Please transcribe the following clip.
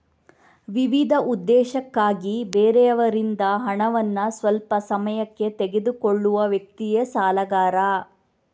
ವಿವಿಧ ಉದ್ದೇಶಕ್ಕಾಗಿ ಬೇರೆಯವರಿಂದ ಹಣವನ್ನ ಸ್ವಲ್ಪ ಸಮಯಕ್ಕೆ ತೆಗೆದುಕೊಳ್ಳುವ ವ್ಯಕ್ತಿಯೇ ಸಾಲಗಾರ